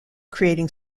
creating